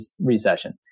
recession